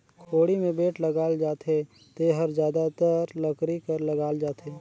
कोड़ी मे बेठ लगाल जाथे जेहर जादातर लकरी कर लगाल जाथे